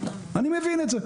אני מבין את זה.